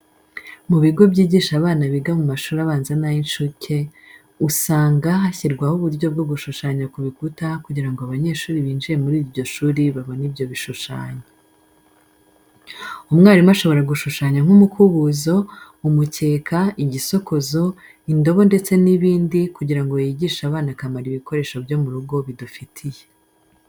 Mu bigo byigisha abana biga mu mashuri abanza n'ay'incuke, usanga hashyirwaho uburyo bwo gushushanya ku bikuta kugira ngo abanyeshuri binjiye muri iryo shuri babone ibyo bishushanyo. Umwarimu ashobora gushushanya nk'umukubuzo, umukeka, igisokozo, indobo ndetse n'ibindi kugira ngo yigishe abana akamaro ibikoresho byo mu rugo bidufitiye.